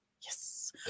Yes